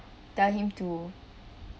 tell him to